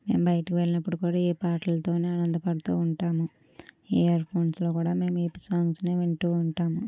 బయటికి వెళ్ళినప్పుడు కూడా ఈ పాటలతోనే ఆనందపడుతూ ఉంటాము ఇయర్ఫోన్స్లో కూడా మేము ఈ సాంగ్స్నే వింటూ ఉంటాము